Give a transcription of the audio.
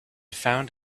found